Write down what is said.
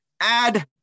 Add